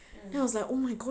mm